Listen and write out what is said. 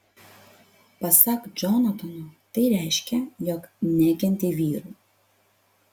pasak džonatano tai reiškia jog nekenti vyrų